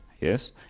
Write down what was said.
yes